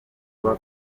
vuba